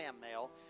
mail